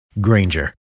Granger